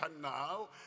now